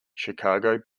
chicago